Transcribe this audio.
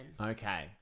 Okay